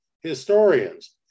historians